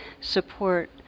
support